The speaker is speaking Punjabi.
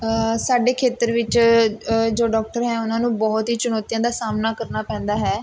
ਸਾਡੇ ਖੇਤਰ ਵਿੱਚ ਜੋ ਡੋਕਟਰ ਹੈ ਉਹਨਾਂ ਨੂੰ ਬਹੁਤ ਹੀ ਚੁਣੌਤੀਆਂ ਦਾ ਸਾਹਮਣਾ ਕਰਨਾ ਪੈਂਦਾ ਹੈ